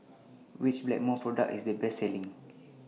Which Blackmores Product IS The Best Selling